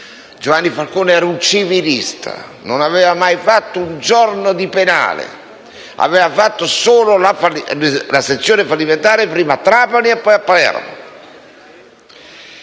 Giovanni Falcone era un civilista e non aveva mai fatto un giorno di penale, essendo occupato nella sezione fallimentare prima a Trapani e, poi, a Palermo.